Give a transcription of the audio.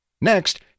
Next